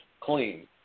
clean